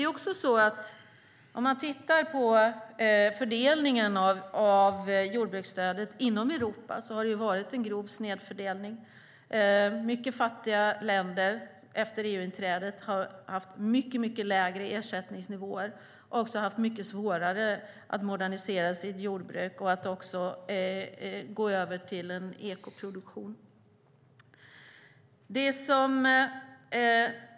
Om vi tittar på fördelningen av jordbruksstödet inom Europa ser vi att det har varit en grov snedfördelning. Mycket fattiga länder har efter EU-inträdet fått avsevärt lägre ersättningsnivåer, haft svårare att modernisera sitt jordbruk och att gå över till ekoproduktion.